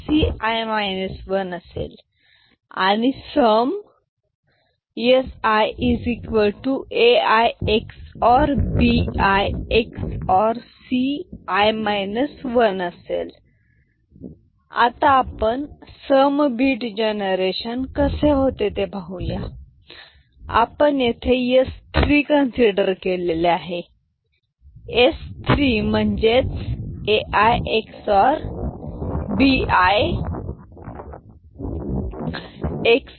Ci 1 असेल आणि sum Si Ai ⊕ Bi ⊕ Ci 1 आता पण सम बीट जनरेशन कसे होते ते पाहूया आपण येथे S3 कन्सिडर केलेले आहे S 3 म्हणजेच Ai XOR Bi